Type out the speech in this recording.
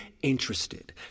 interested